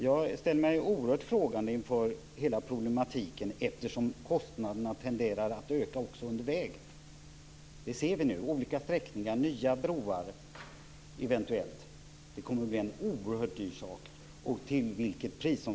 Jag ställer mig oerhört frågande inför hela problematiken, eftersom kostnaderna tenderar att öka också under vägen. Det ser vi nu: olika sträckningar, eventuellt nya broar. Det kommer att bli oerhört dyrt. Och till vilket pris!